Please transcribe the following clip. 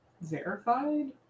verified